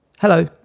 Hello